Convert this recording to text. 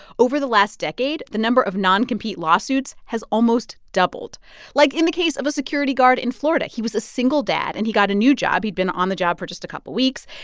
over the last decade, the number of non-compete lawsuits has almost doubled like in the case of a security guard in florida he was a single dad, and he got a new job. he'd been on the job for just a couple of weeks,